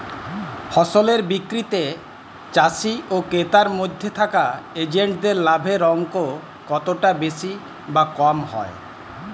ফসলের বিক্রিতে চাষী ও ক্রেতার মধ্যে থাকা এজেন্টদের লাভের অঙ্ক কতটা বেশি বা কম হয়?